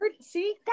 See